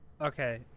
Okay